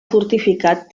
fortificat